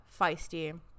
feisty